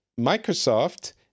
microsoft